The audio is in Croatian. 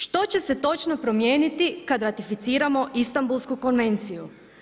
Što će se točno promijeniti kad ratificiramo Istanbulsku konvenciju?